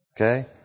Okay